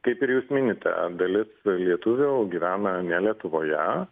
kaip ir jūs minite dalis lietuvių gyvena ne lietuvoje